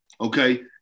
Okay